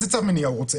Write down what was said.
איזה צו מניעה רוצה,